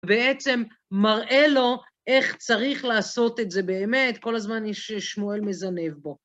בעצם מראה לו איך צריך לעשות את זה באמת, כל הזמן יש שמואל מזנב בו.